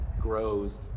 grows